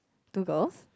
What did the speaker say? two girls